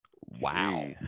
wow